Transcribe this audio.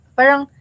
Parang